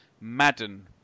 Madden